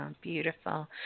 Beautiful